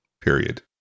period